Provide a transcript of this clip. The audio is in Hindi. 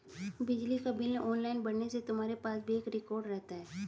बिजली का बिल ऑनलाइन भरने से तुम्हारे पास भी एक रिकॉर्ड रहता है